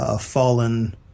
fallen